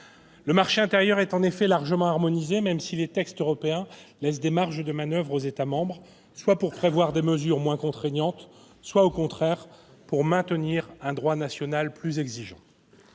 Le marché intérieur est en effet largement harmonisé, même si les textes européens laissent des marges de manoeuvre aux États membres soit pour prévoir des mesures moins contraignantes, soit, au contraire, pour maintenir un droit national plus exigeant.